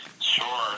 Sure